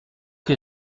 que